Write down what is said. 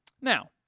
Now